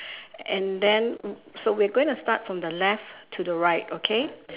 and then so we are going to start from the left to the right okay